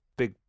big